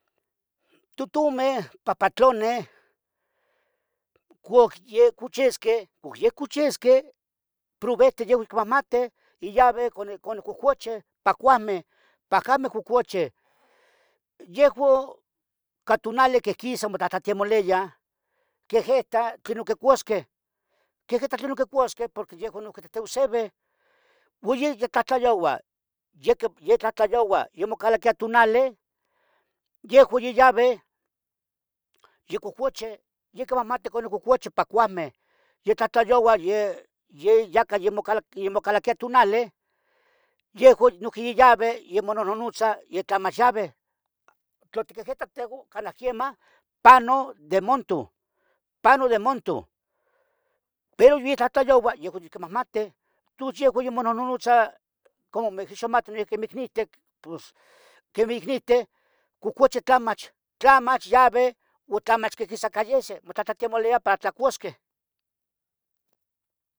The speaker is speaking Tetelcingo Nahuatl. Tutumeh papatloneh, cuc ye cuchesqueh, cuc ye cuchesqueh. provete yave icmamateh, ya yaveh cunin, cunin cuhcucheh, tacuahmeh pahjame cuhcucheh, yehuon ca tunali quihquisah. mutlatltemuliah, quiehitah tlenun quicuasqueh, quiehitah. tlenun quicuasqueh, porque yehuan, uan. yeh ya tlahtlayoua ye, ye tlahtlayoua, ye mocalaquia tunale Yehuan ya yaveh, ye cohcucheh, ye quimahmateh cunin cuhcucheh pa cuahmeh, ye tlahtlayoua ye, yeh yaca yimo- yimocalaquia. tunale yehouan noyihqui ya yaveh, ye monohnunutzah ya tlama yaveh, tlo tiquihita tehoun canah quiemah, panu de montun, panu de. montun, pero yitlahtlayoua ya cochi quimahmateh, tus yehuan. ya monuhnutzah, como mihxmateh como icniteh, quemeh icniteh. cucuchi tlamach, tlamach yave o tlamach quihquisa cayese. motlahtlatemolia para tlocuasqueh